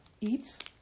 eat